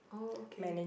oh okay